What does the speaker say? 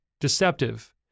deceptive